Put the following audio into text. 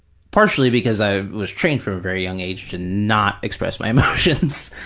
partially because i was trained from a very young age to not express my emotions,